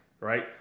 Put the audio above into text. Right